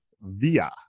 via